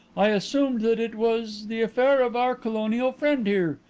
i assumed that it was the affair of our colonial friend here,